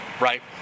right